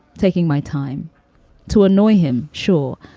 taking my time to annoy him. sure.